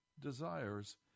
desires